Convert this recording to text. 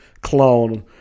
clone